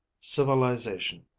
Civilization